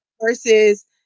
versus